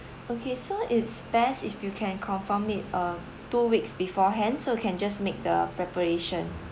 okay so it's best if you can confirm it uh two weeks beforehand so I can just make the preparation